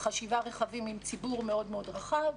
חשיבה רחבים עם ציבור מאוד מאוד רחב,